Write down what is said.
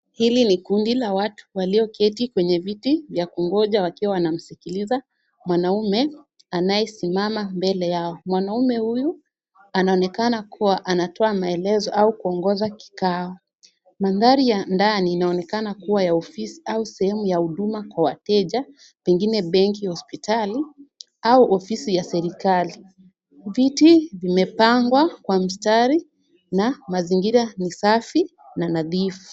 Hili ni kundi la watu walioketi kwenye viti vya kungoja wakiwa wanamsikiliza mwanaume anayesimama mbele yao. Mwanaume huyu anaonekana kuwa anatoa maelezo au kuongoza kikao. Mandhari ya ndani inaonekana kuwa ya ofisi, au sehemu ya huduma kwa wateja, pengine benki, hospitali, au ofisi ya serikali. Viti vimepangwa kwa mstari na mazingira ni safi na nadhifu.